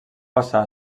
passar